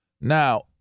Now